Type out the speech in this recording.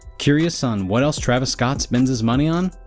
curious on what else travis scott spends his money on?